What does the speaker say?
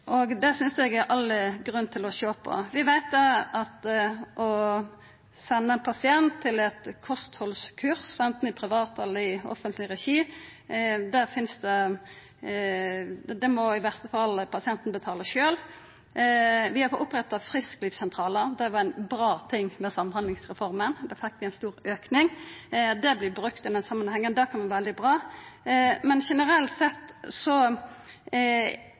ein pasient på eit kosthaldskurs, anten i privat eller i offentleg regi, må pasienten i verste fall betala sjølv. Vi har fått oppretta frisklivssentralar – det var ein bra ting med Samhandlingsreforma – der fekk vi ein stor auke. Det vert brukt i denne samanhengen. Det er veldig bra. Men generelt sett